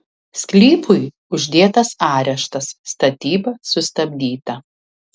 sklypui uždėtas areštas statyba sustabdyta